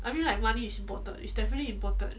I mean like money is important is definitely important